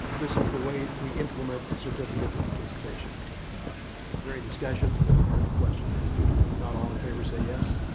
this is the way we implement the certificates of participation. is there any discussion or any questions? if not, all in favor say yes.